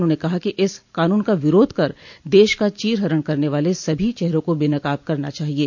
उन्होंने कहा कि इस कानून का विरोध कर देश का चीरहरण करने वाले सभी चेहरों को बेनकाब करना चाहिये